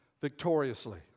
victoriously